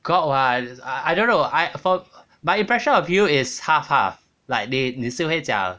got [what] I don't know I for my impression of you is half half like 你你是会讲